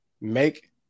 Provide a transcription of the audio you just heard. Make